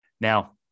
Now